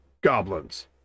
goblins